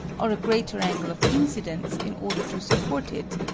or a greater angle of incidence in order to support it,